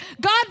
God